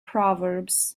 proverbs